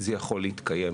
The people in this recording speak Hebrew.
זה יכול להתקיים